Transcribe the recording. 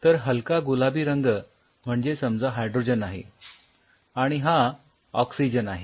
तर हलका गुलाबी रंग म्हणजे समजा हायड्रोजन आहे आणि हा ऑक्सिजन आहे